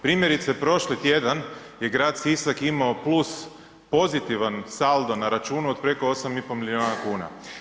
Primjerice prošli tjedan je grad Sisak imao plus, pozitivan saldo na računu od preko 8,5 milijuna kuna.